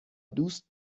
دوست